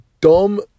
dumb